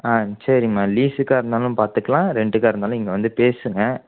ஆ சரிம்மா லீஸுக்காக இருந்தாலும் பார்த்துக்கலாம் ரென்ட்டுக்காக இருந்தாலும் இங்கே வந்து பேசுங்கள்